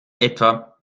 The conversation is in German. etwa